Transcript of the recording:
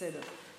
בסדר.